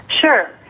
Sure